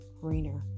greener